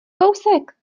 kousek